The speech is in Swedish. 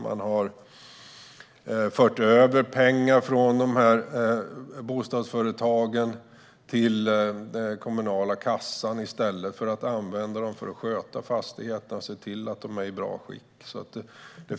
Man har fört över pengar från de här bostadsföretagen till den kommunala kassan i stället för att använda pengarna till att sköta fastigheterna och se till att de är i bra skick.